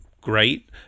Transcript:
great